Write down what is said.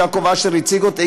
שיעקב אשר הגיש.